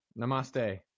Namaste